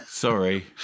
Sorry